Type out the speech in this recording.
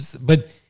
But-